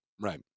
Right